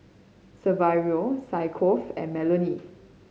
Saverio Yaakov and Melony